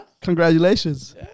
Congratulations